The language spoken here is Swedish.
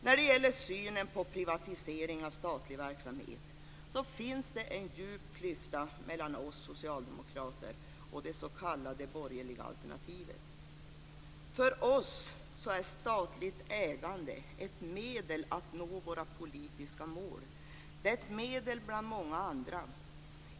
När det gäller synen på privatisering av statlig verksamhet finns en djup klyfta mellan oss socialdemokrater och det s.k. borgerliga alternativet. För oss är statligt ägande ett medel att nå våra politiska mål. Det är ett medel bland många andra.